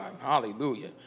Hallelujah